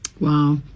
Wow